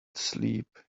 sleep